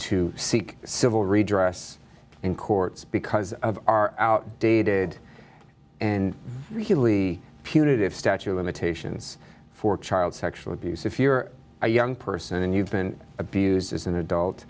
to seek civil redress in courts because of our outdated and really punitive statue of limitations for child sexual abuse if you're a young person and you've been abused as an adult